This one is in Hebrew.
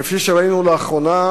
כפי שראינו לאחרונה,